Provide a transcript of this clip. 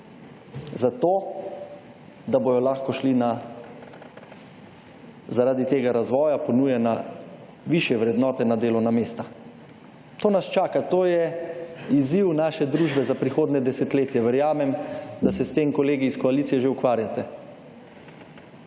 zato da bojo lahko šli na zaradi tega razvoja ponujena višje vrednotena delovna mesta. To nas čaka, to je izziv naše družbe za prihodnje desetletje. Verjamem, da se s tem kolegi iz koalicije že ukvarjate.